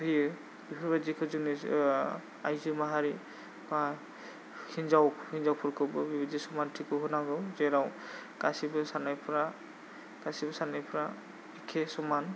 होयो बेफोरबादिखौ जों आयजो माहारि बा हिनजाव हिनजावफोरखौबो बेफोरबादि समानथिखौ होनांगौ जेराव गासैबो गासैबो साननायफ्रा एखे समान